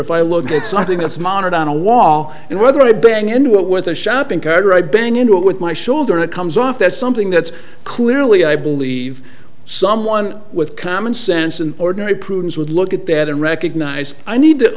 if i look at something that's mounted on a wall and whether i bang into it with a shopping cart or i bang into it with my shoulder it comes off as something that's clearly i believe someone with common sense and ordinary prudence would look at that and recognize i need to